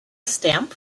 stamp